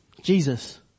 Jesus